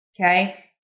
Okay